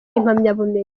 impamyabumenyi